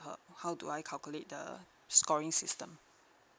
how how do I calculate the scoring system